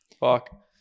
Fuck